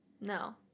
No